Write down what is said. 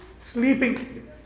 Sleeping